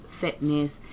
fitness